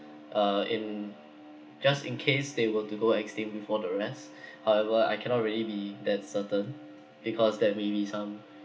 uh in just in case they were to go extinct before the rest however I cannot really be be that certain because that may be some